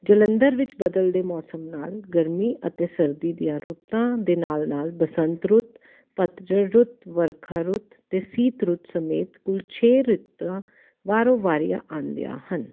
ਜਲੰਧਰ ਵਿੱਚ ਬਦਲਦੇ ਮੌਸਮ ਨਾਲ ਗਰਮੀ ਅਤੇ ਸਰਦੀ ਦੀਆਂ ਰੁੱਤਾਂ ਦੇ ਨਾਲ ਨਾਲ ਬਸੰਤ ਰੁੱਤ ਪਤਝੜ ਰੁੱਤ ਵਰਖਾ ਰੁੱਤ ਅਤੇ ਸ਼ੀਤ ਰੁੱਤ ਸਮੇਤ ਕੁੱਲ ਛੇ ਰੁੱਤਾਂ ਵਾਰੋ ਵਾਰੀ ਆਉਂਦੀਆਂ ਹਨ